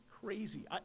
crazy